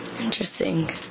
Interesting